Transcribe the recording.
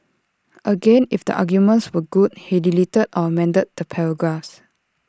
again if the arguments were good he deleted or amended the paragraphs